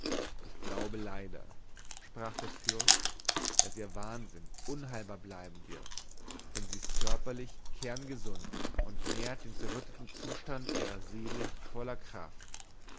ich glaube leider sprach der fürst daß ihr wahnsinn unheilbar bleiben wird denn sie ist körperlich kerngesund und nährt den zerrütteten zustand ihrer seele mit voller kraft